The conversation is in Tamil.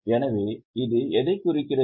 எனவே இது எதைக் குறிக்கிறது